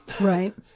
Right